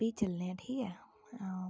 फ्ही चलने आं ठीक ऐ